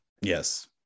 Yes